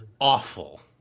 awful